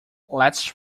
let’s